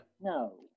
No